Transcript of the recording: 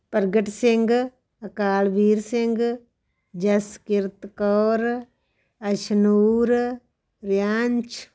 ਪ੍ਰਗਟ ਸਿੰਘ ਅਕਾਲਵੀਰ ਸਿੰਘ ਜਸਕਿਰਤ ਕੌਰ ਅਸ਼ਨੂਰ ਵਿਅੰਸ਼